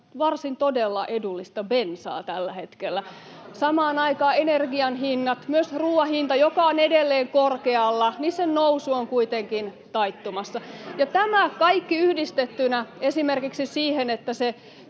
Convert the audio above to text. Oletteko huomanneet? — Hälinää] Samaan aikaan energian hintojen ja myös ruoan hinnan, joka on edelleen korkealla, nousu on kuitenkin taittumassa. Tämä kaikki yhdistettynä esimerkiksi siihen, että se